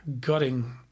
gutting